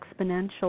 exponential